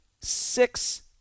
six